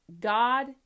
God